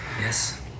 Yes